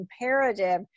imperative